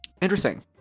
Interesting